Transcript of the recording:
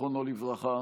זיכרונו לברכה,